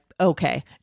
okay